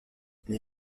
les